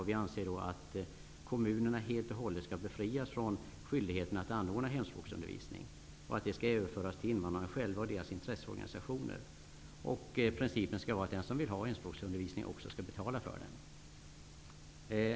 Vi anser att kommunerna helt och hållet skall befrias från skyldigheten att anordna hemspråksundervisning och att den uppgiften skall överföras till invandrarna själva och deras egna intresseorganisationer. Principen skall vara att den som vill ha hemspråksundervisning skall betala för den.